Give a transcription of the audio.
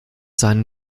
seinen